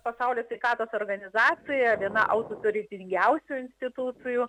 pasaulio sveikatos organizacija viena autoritetingiausių institucijų